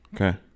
Okay